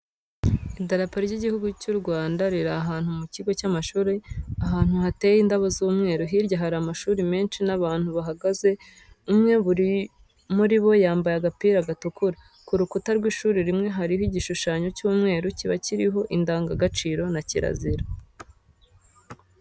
Idarapo ry'igihugu cy'u Rwanda riri ahantu mu kigo cy'amashuri ahantu hateye indabo z'umweru. Hirya hari amashuri menshi n'abantu bahagaze umwe muri bo yambaye agapira gatukura. Ku rukuta rw'ishuri rimwe hariho igishushanyo cy'umweru kiba kiribo indangagaciro na kirazira.